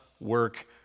work